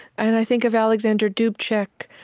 and i think of alexander dubcek,